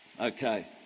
Okay